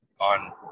on